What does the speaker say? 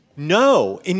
No